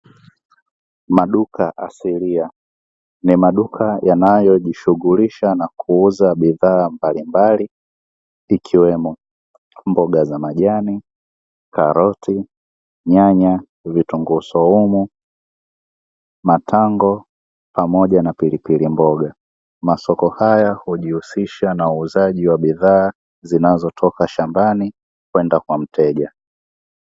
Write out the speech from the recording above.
Maduka asilia ni maduka yanayo jishughulisha na kuuza bidhaa mbalimbali, ikiwemo mboga za majani, karoti, nyanya, vitunguu swaumu pamoja na pilipili mboga, masoko haya hujihusisha na uuzaji wa bidhaa zinazotoka shambani kwenda kwa mteja.